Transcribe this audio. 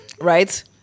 Right